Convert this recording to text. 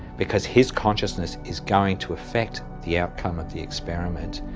because his consciousness is going to affect the outcome of the experiment.